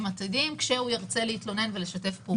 עתידיים כשהוא ירצה להתלונן ולשתף פעולה.